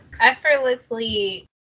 effortlessly